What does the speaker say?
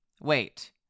wait